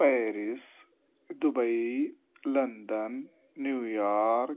Paris Dubai London New York